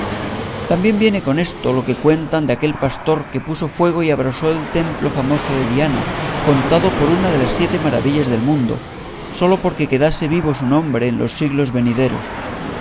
también viene con esto lo que cuentan de aquel pastor que puso fuego y abrasó el templo famoso de diana contado por una de las siete maravillas del mundo sólo porque quedase vivo su nombre en los siglos venideros